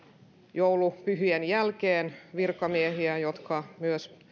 joulupyhien jälkeen virkamiehiä jotka myös